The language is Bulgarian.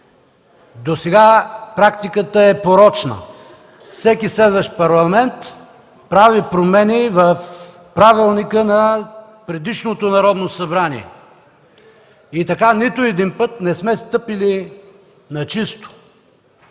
Досега практиката е порочна – всеки следващ парламент прави промени в правилника на предишното Народно събрание. И така нито един път не сме стъпили на чисто.